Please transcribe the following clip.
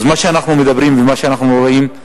אז מה שאנחנו מדברים ומה שאנחנו רואים,